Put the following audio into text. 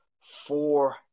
four